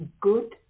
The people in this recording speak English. good